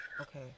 Okay